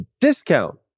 discount